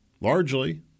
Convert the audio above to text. Largely